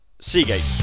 Seagate